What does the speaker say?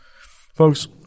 Folks